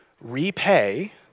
repay